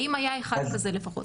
האם היה אחד כזה לפחות?